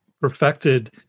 perfected